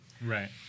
Right